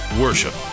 worship